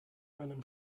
einem